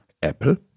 Apple